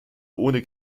ohne